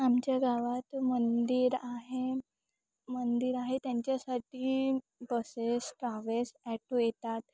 आमच्या गावात मंदिर आहे मंदिर आहे त्यांच्यासाठी बसेस ट्रॅव्हल्स ॲटो येतात